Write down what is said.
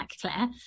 Claire